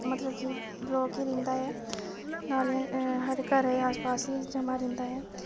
मतलब कि ब्लाक ई रैंहदा ऐ नालियां साढ़े घरै दे आस पास आ जमा रैंहदा ऐ